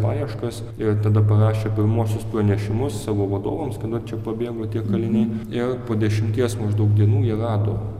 paieškas ir tada parašė pirmuosius pranešimus savo vadovams kieno čia pabėgo tie kaliniai ir po dešimties maždaug dienų jie rado